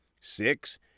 Six